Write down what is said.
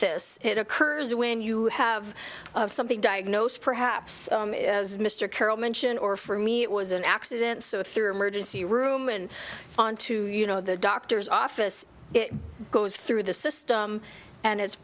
this it occurs when you have something diagnosed perhaps as mr carroll mention or for me it was an accident so through emergency room and onto you know the doctor's office it goes through the system and it's